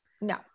no